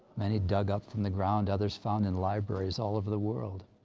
many dug up from the ground, others found in libraries all over the world.